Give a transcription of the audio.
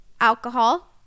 alcohol